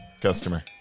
Customer